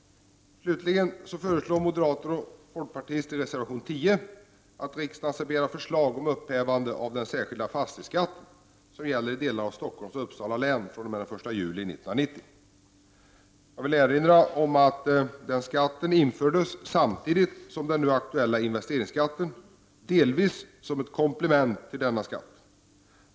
Slutligen föreslår moderater och folkpartister i reservation 10 att riksdagen skall begära förslag om upphävande av den särskilda fastighetsskatt som gäller i delar av Stockholms och Uppsala län fr.o.m. den 1 juli 1990. Jag vill erinra om att den skatten infördes samtidigt som den nu aktuella investeringsskatten, delvis som ett komplement till denna skatt.